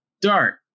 Dart